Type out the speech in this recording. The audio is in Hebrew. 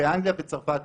ובצרפת,